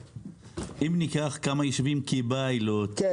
אם ניקח כמה יישובים כפיילוט --- אז תדאג שיהיה.